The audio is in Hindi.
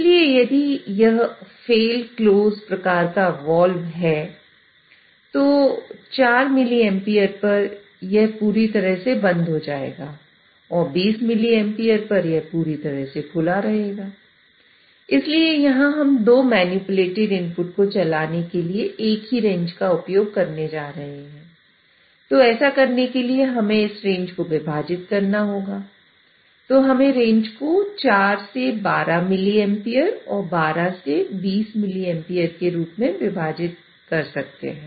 इसलिए यदि यह फेल क्लोज के रूप में जाना जाता है